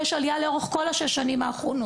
ויש עליה לאורך כל השש שנים האחרונות.